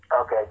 Okay